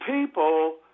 people